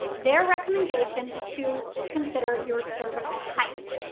their recommendation is to consider your cervical height.